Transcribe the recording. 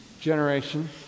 generation